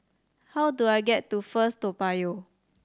how do I get to First Toa Payoh